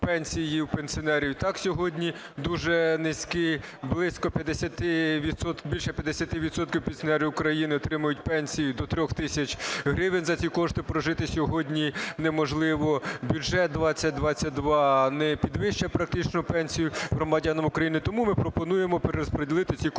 пенсії в пенсіонерів і так сьогодні дуже низькі, більше 50 відсотків пенсіонерів України отримують пенсію до 3 тисяч гривень. За ці кошти прожити сьогодні неможливо. Бюджет 2022 не підвищує практично пенсію громадянам України. Тому ми пропонуємо перерозподілити ці кошти.